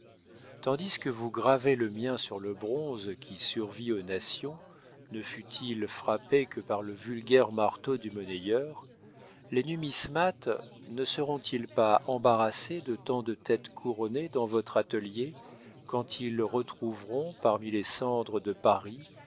tandis que vous gravez le mien sur le bronze qui survit aux nations ne fût-il frappé que par le vulgaire marteau du monnayeur les numismates ne seront-ils pas embarrassés de tant de têtes couronnées dans votre atelier quand ils retrouveront parmi les cendres de paris